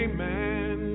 Amen